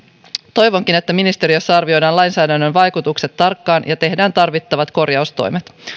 toivonkin että ministeriössä arvioidaan lainsäädännön vaikutukset tarkkaan ja tehdään tarvittavat korjaustoimet